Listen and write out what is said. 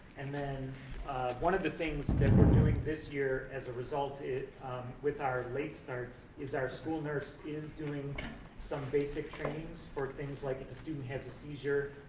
and then one of the things that we're doing this year as a result with our late starts is our school nurse is doing some basic trainings for things like a student has a seizure,